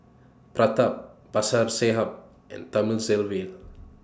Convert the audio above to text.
Pratap Babasaheb and Thamizhavel